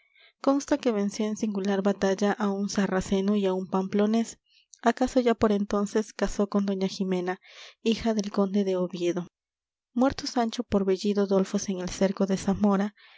consta que venció en singular batalla á un sarraceno y á un pamplonés acaso ya por entonces casó con doña jimena hija del conde de oviedo muerto sancho por bellido dolfos en el cerco de zamora